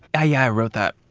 i yeah wrote that